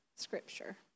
Scripture